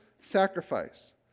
sacrifice